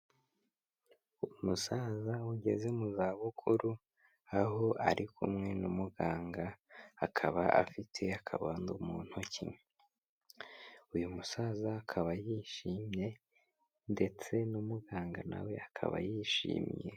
Umusaza ugeze mu zabukuru, aho ari kumwe na muganga, akaba afite akabando mu ntoki, uyu musaza akaba yishimye ndetse na muganga na we akaba yishimye.